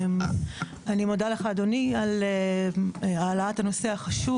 אני מודה לך אדוני על העלאת הנושא החשוב